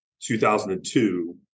2002